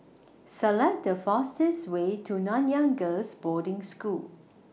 Select The fastest Way to Nanyang Girls' Boarding School